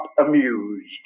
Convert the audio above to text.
amused